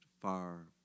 far